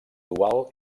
dual